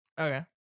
Okay